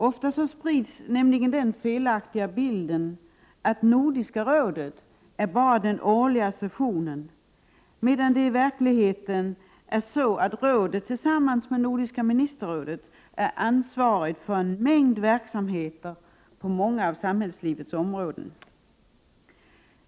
Ofta sprids nämligen den felaktiga bilden att Nordiska rådet bara är den årliga sessionen, medan det i verkligheten är så, att rådet tillsammans med Nordiska ministerrådet är ansvarigt för en mängd verksamheter på många av samhällslivets områden.